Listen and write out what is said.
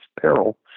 peril